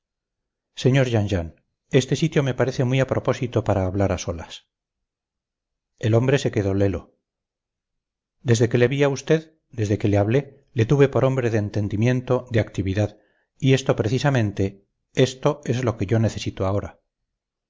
sr jean jean este sitio me parece muy a propósito para hablar a solas el hombre se quedó lelo desde que le vi a usted desde que le hablé le tuve por hombre de entendimiento de actividad y esto precisamente esto es lo que yo necesito ahora